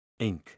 Inc